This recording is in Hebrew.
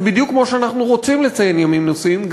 בדיוק כמו שאנחנו רוצים לציין ימים נושאיים,